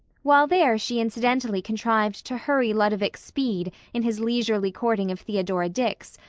while there she incidentally contrived to hurry ludovic speed in his leisurely courting of theodora dix,